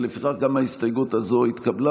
ההסתייגות לא התקבלה.